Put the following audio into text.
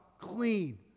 Clean